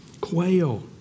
quail